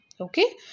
okay